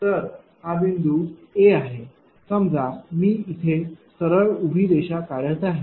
तर हा बिंदू A आहे समजा मी इथे सरळ उभी रेषा काढत आहे